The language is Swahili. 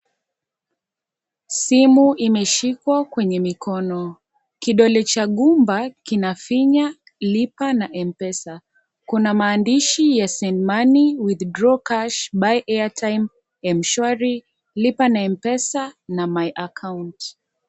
Simu imeshikwa kwenye mikono, kidole cha gumba kinafinya lipa na Mpesa, kuna maandishi ya send money, withdraw cash, buy airtime , Mshwari, lipa na Mpesa na My account .